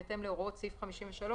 בהתאם להוראות סעיף 53,